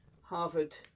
Harvard